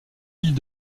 îles